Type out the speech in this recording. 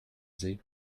sie